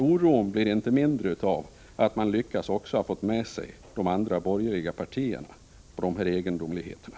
Oron blir inte mindre av att centern har lyckats få med sig de andra borgerliga partierna på de här egendomligheterna.